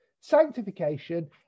sanctification